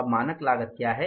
अब मानक लागत क्या है